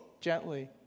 gently